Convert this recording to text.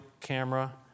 camera